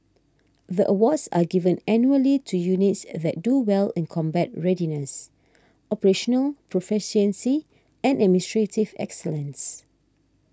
the awards are given annually to units that do well in combat readiness operational proficiency and administrative excellence